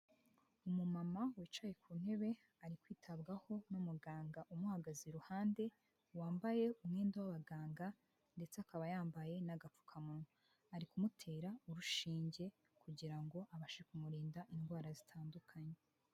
Umumama wicaye ku ntebe ari kwitabwaho n'umuganga umuhagaze iruhande wambaye umwenda w'abaganga ndetse akaba yambaye n'agapfukamunwa, ari kumutera urushinge kugira ngo abashe kumurinda indwara zitandukanye.